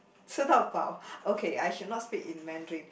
吃到饱：chi dao bao okay I should not speak in Mandarin